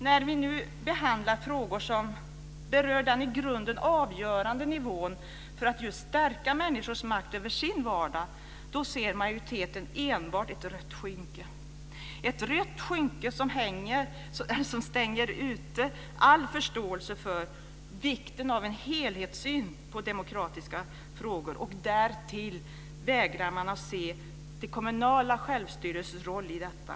När vi nu behandlar frågor som berör den i grunden avgörande nivån för att stärka människors makt över sin vardag så ser majoriteten enbart ett rött skynke - ett rött skynke som stänger ute all förståelse för vikten av en helhetssyn på demokratiska frågor. Därtill vägrar man att se den kommunala självstyrelsens roll i detta.